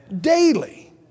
Daily